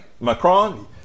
Macron